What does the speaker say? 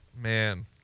Man